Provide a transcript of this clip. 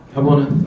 i wanna